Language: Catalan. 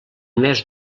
més